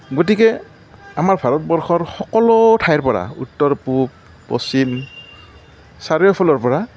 গতিকে আমাৰ ভাৰতবৰ্ষৰ সকলো ঠাইৰ পৰা উত্তৰ পূব পশ্চিম চাৰিওফালৰ পৰা